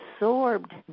absorbed